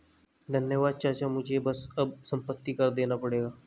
धन्यवाद चाचा मुझे बस अब संपत्ति कर देना पड़ेगा